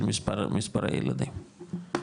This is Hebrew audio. של מספרי הילדים.